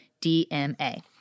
DMA